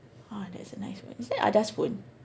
!wah! that's a nice phone is that Ada's phone